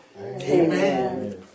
Amen